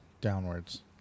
downwards